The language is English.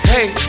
Hey